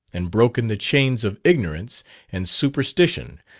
and broken the chains of ignorance and superstition,